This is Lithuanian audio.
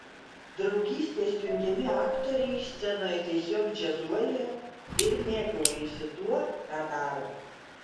draugystės jungiami aktoriai scenoje tiesiog džiazuoja ir mėgaujasi tuo ką daro